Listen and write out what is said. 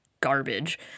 Garbage